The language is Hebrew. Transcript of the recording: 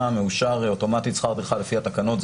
מאושר אוטומטית שכר טרחה לפי התקנות.